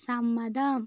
സമ്മതം